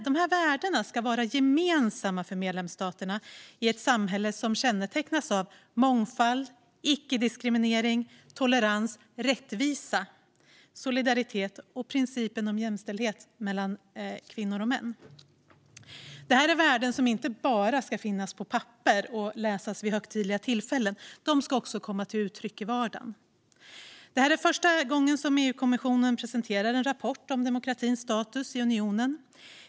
Dessa värden ska vara gemensamma för medlemsstaterna i ett samhälle som kännetecknas av mångfald, icke-diskriminering, tolerans, rättvisa, solidaritet och principen om jämställdhet mellan kvinnor och män." Detta är värden som inte bara ska finnas på papper och läsas vid högtidliga tillfällen, utan de ska också komma till uttryck i vardagen. Det här första gången EU-kommissionen presenterar en rapport om demokratins status i unionen.